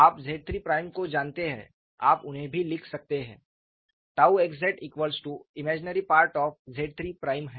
आप ZIII prime को जानते हैं आप उन्हें भी लिख सकते हैं xz ImZIII है